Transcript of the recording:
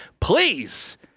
please